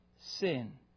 sin